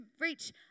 reach